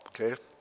okay